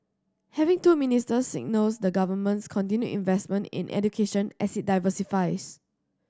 having two ministers signals the Government's continued investment in education as it diversifies